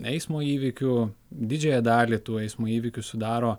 eismo įvykių didžiąją dalį tų eismo įvykių sudaro